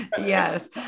Yes